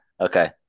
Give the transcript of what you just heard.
Okay